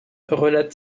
relate